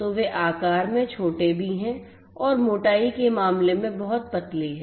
तो वे आकार में छोटे भी हैं और मोटाई के मामले में बहुत पतली है